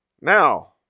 Now